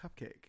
cupcake